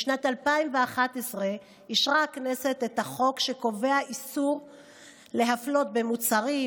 בשנת 2011 אישרה הכנסת את החוק שקובע איסור להפלות במוצרים,